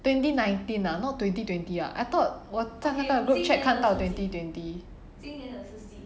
twenty nineteen ah not twenty twenty ah I thought 我在那个 group chat 看到 twenty twenty